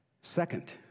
Second